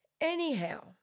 Anyhow